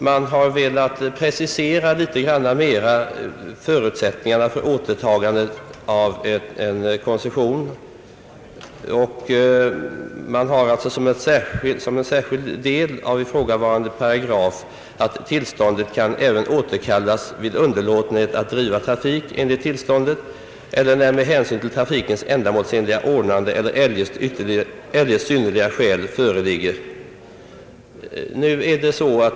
Man har velat närmare precisera förutsättningarna för återtagande av en koncession, och man säger i ifrågavarande paragraf bland annat: Tillstånd kan även återkallas vid underlåtenhet att driva trafik enligt tillståndet eller när med hänsyn till trafikens ändamålsenliga ordnande eller eljest synnerliga skäl föreligger.